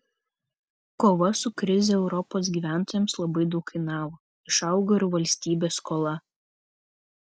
kova su krize europos gyventojams labai daug kainavo išaugo ir valstybės skola